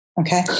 okay